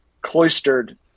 cloistered